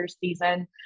season